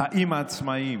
האם העצמאים